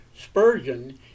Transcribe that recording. Spurgeon